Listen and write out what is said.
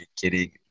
kidding